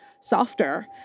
softer